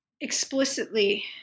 explicitly